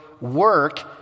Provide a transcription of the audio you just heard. work